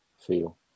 feel